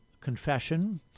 confession